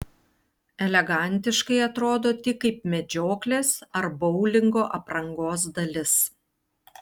elegantiškai atrodo tik kaip medžioklės ar boulingo aprangos dalis